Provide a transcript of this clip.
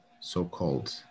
so-called